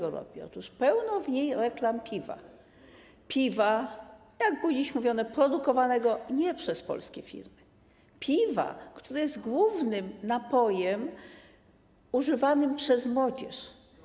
Otóż pełno w niej reklam piwa, jak było dziś mówione, produkowanego nie przez polskie firmy, piwa, które jest głównym napojem używanym przez młodzież.